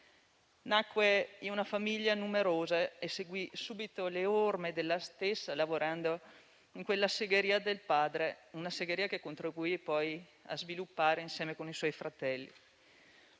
Nacque in una famiglia numerosa e seguì subito le orme della stessa, lavorando nella segheria del padre, che contribuì poi a sviluppare con i suoi fratelli.